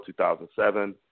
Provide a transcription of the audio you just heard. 2007